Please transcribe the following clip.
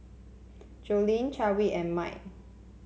Joleen Chadwick and Mike